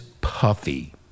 Puffy